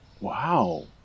Wow